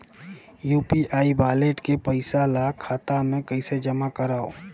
UPI wallet के पईसा ल खाता मे कइसे जमा करव?